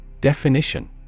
Definition